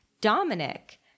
Dominic